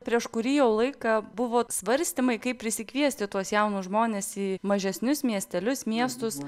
prieš kurį jau laiką buvo svarstymai kaip prisikviesti tuos jaunus žmones į mažesnius miestelius miestus